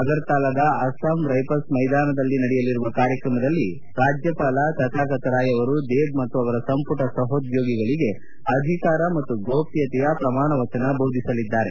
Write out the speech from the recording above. ಅಗರ್ತಲಾದ Assam rifles ಮೈದಾನದಲ್ಲಿ ನಡೆಯಲಿರುವ ಕಾರ್ಯಕ್ರಮದಲ್ಲಿ ರಾಜ್ಞಪಾಲ ತಥಾಗತ ರಾಯ್ ಅವರು ದೇಬ್ ಮತ್ತು ಅವರ ಸಂಪುಟ ಸಹೋದ್ಲೋಗಿಗಳಿಗೆ ಅಧಿಕಾರ ಮತ್ತು ಗೋಪ್ಲತೆಯ ಪ್ರಮಾಣವಚನ ಬೋಧಿಸಲಿದ್ದಾರೆ